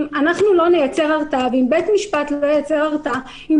אם אנחנו לא ייצר הרתעה ואם בית המשפט לא ייצר הרתעה עם